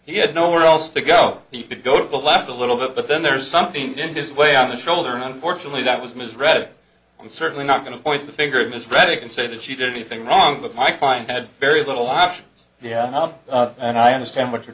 he had nowhere else to go he could go to the left a little bit but then there's something in his way on the shoulder unfortunately that was misread and certainly not going to point the finger misread it and say that she did anything wrong with my find had very little options and i understand what you're